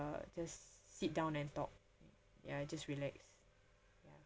I just sit down and talk ya I just relax ya